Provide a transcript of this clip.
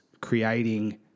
creating